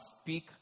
speak